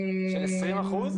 של 20%?